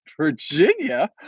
Virginia